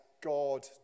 God